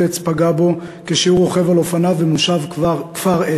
עץ פגעה בו כשהוא רוכב על אופניו במושב כפר-הס.